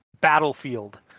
battlefield